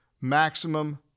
maximum